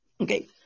okay